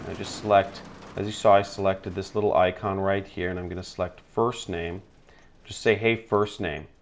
ah just select as you saw i selected this little icon right here and i'm gonna select first name just say hey first name.